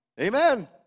Amen